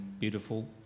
beautiful